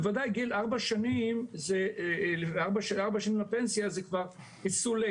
בוודאי גיל, ארבע שנים לפנסיה זה כבר מאוחר מידי.